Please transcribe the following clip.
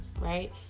right